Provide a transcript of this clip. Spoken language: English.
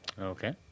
Okay